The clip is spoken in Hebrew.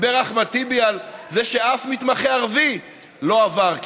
דיבר אחמד טיבי על זה שאף מתמחה ערבי לא עבר,